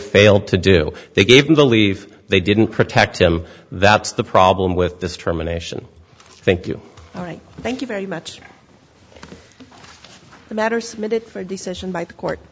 failed to do they gave him the leave they didn't protect him that's the problem with this terminations thank you thank you very much the matter submitted for a decision by the court